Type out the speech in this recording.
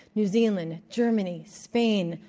new zealand, germany, spain,